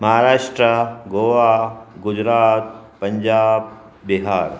Maharashtra Goa Gujarat Punjab Bihar